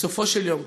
בסופו של יום,